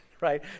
Right